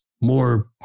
more